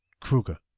Kruger